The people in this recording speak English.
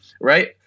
right